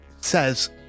says